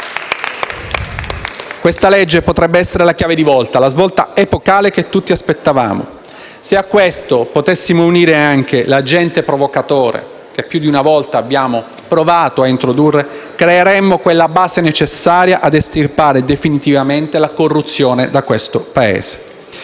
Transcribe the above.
Questa legge potrebbe essere la chiave di volta, la svolta epocale che tutti aspettavamo. Se a questo potessimo unire l'agente provocatore, che più di una volta abbiamo provato a introdurre, creeremmo la base necessaria per estirpare definitivamente la corruzione dal Paese.